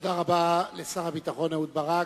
תודה רבה לשר הביטחון אהוד ברק.